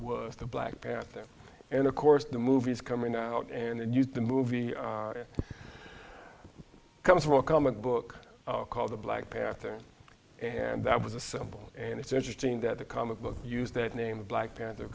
was the black panther and of course the movies coming out and used the movie comes from a comic book called the black panther and that was a simple and it's interesting that the comic book used that name of black panther